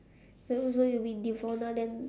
so so it'll be devona then